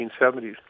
1970s